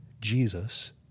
Jesus